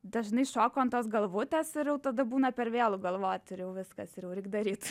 dažnai šoku ant tos galvutės ir jau tada būna per vėlu galvot ir jau viskas ir jau reik daryt